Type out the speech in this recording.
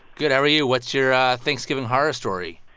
good. how are you? what's your thanksgiving horror story?